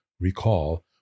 recall